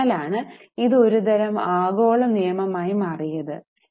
അതിനാലാണ് ഇത് ഒരുതരം ആഗോള നിയമം ആയി മാറിയത്